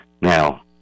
Now